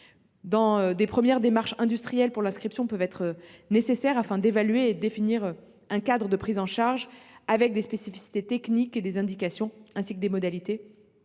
De premières démarches d’industriels pour l’inscription peuvent être nécessaires, afin d’évaluer et de définir un cadre de prise en charge, avec des spécifications techniques, des indications ainsi que des modalités